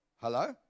Hello